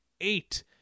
eight